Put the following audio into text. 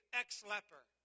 ex-leper